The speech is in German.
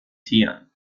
tieren